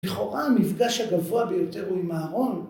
‫לכאורה המפגש הגבוה ביותר ‫הוא עם אהרון.